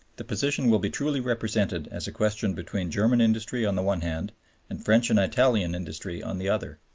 the position will be truly represented as a question between german industry on the one hand and french and italian industry on the other.